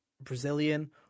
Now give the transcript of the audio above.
Brazilian